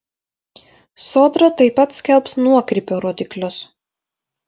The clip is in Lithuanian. sodra taip pat skelbs nuokrypio rodiklius